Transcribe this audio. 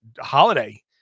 Holiday